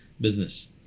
business